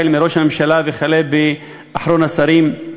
החל בראש הממשלה וכלה באחרון השרים,